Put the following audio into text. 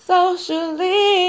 Socially